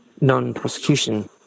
non-prosecution